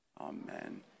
Amen